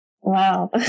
Wow